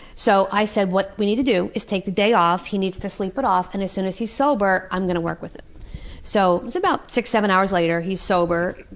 so i said, what we need to do is take the day off, he needs to sleep it off, and as soon as he's sober i'm going to work with him. it so was about six, seven hours later, he's sober.